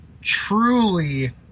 truly